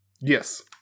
Yes